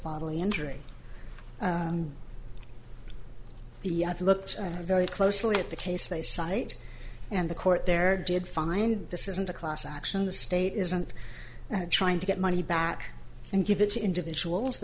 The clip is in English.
bodily injury the looked very closely at the case they cite and the court there did find this isn't a class action the state isn't trying to get money back and give it to individuals